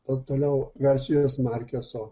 na toliau garsijos markeso